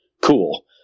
cool